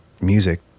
music